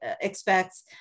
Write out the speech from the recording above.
expects